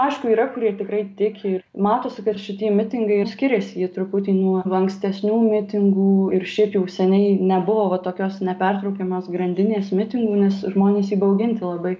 aišku yra kurie tikrai tiki ir matosi kad šitie mitingai ir skiriasi jie truputį nuo ankstesnių mitingų ir šiaip jau seniai nebuvo vat tokios nepertraukiamos grandinės mitingų nes žmonės įbauginti labai